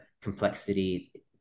complexity